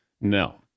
No